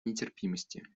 нетерпимости